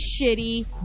shitty